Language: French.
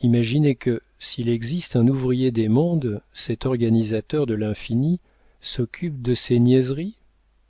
imaginer que s'il existe un ouvrier des mondes cet organisateur de l'infini s'occupe de ces